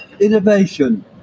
innovation